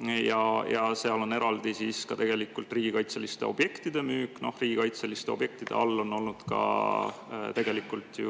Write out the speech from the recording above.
Seal on eraldi ka tegelikult riigikaitseliste objektide müük. Riigikaitseliste objektide all on olnud ka tegelikult